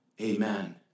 Amen